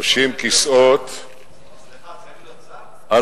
30 כיסאות, סליחה, צריך להיות שר?